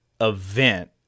event